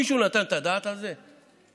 מישהו נתן את הדעת על זה?